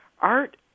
Art